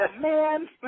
man